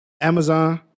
Amazon